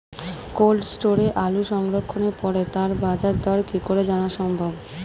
Cold স্টোরে আলু সংরক্ষণের পরে তার বাজারদর কি করে জানা সম্ভব?